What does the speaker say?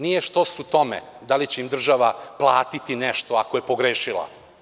Nije štos u tome da li će im država platiti nešto, ako je pogrešila.